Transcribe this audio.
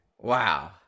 Wow